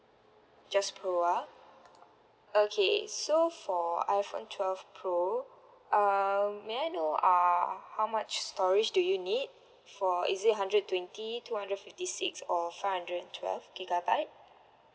just pro ah okay so for iPhone twelve pro um may I know uh how much storage do you need for is it hundred twenty two hundred fifty six or five hundred twelve gigabyte